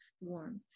warmth